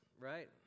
right